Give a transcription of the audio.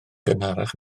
gynharach